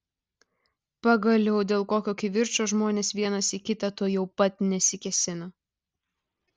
pagaliau dėl kokio kivirčo žmonės vienas į kitą tuojau pat nesikėsina